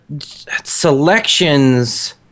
selections